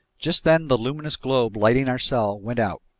just then the luminous globe lighting our cell went out,